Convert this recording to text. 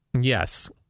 Yes